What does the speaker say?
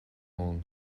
ann